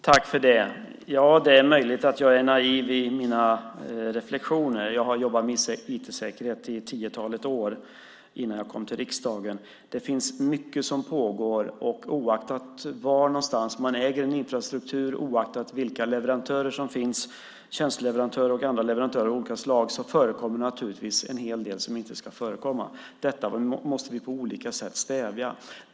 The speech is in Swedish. Fru talman! Ja, det är möjligt att jag är naiv i mina reflexioner. Jag har jobbat med IT-säkerhet i ett tiotal år innan jag kom till riksdagen. Det finns mycket som pågår. Oaktat var någonstans man äger en infrastruktur, oaktat vilka leverantörer som finns, tjänsteleverantörer och andra leverantörer av olika slag, förekommer det naturligtvis en hel del som inte ska förekomma. Detta måste vi på olika sätt stävja.